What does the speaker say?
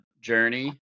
journey